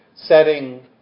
setting